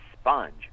sponge